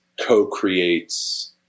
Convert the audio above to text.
co-creates